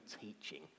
teaching